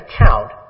account